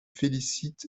félicite